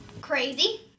crazy